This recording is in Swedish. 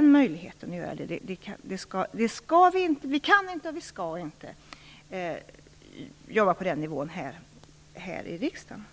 möjlighet att göra det. Vi kan inte, och vi skall inte, jobba på den nivån här i riksdagen.